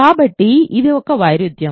కాబట్టి ఇది ఒక వైరుధ్యం